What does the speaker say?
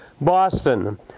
Boston